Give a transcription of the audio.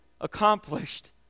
accomplished